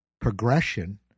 progression